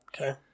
okay